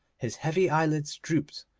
his heavy eyelids drooped,